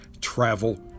travel